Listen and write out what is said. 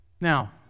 Now